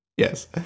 yes